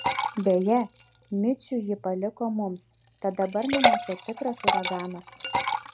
beje micių ji paliko mums tad dabar namuose tikras uraganas